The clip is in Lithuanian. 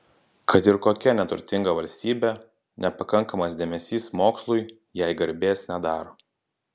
kad ir kokia neturtinga valstybė nepakankamas dėmesys mokslui jai garbės nedaro